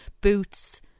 boots